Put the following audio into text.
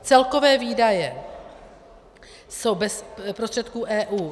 Celkové výdaje jsou bez prostředků EU.